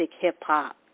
hip-hop